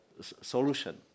solution